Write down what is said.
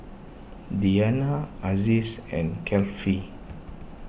Diyana Aziz and Kefli